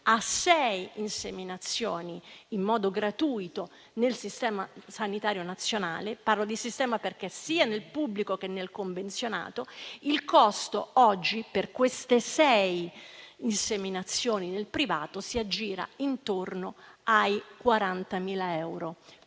a sei inseminazioni in modo gratuito nel Sistema sanitario nazionale (parlo di Sistema, perché è sia nel pubblico che nel convenzionato), ma il costo oggi per queste sei inseminazioni nel privato si aggira intorno ai 40.000 euro;